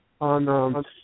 on